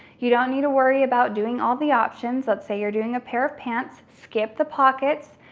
you don't need to worry about doing all the options, let's say you're doing a pair of pants, skip the pockets,